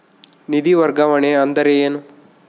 ನಿಧಿ ವರ್ಗಾವಣೆ ಅಂದರೆ ಏನು?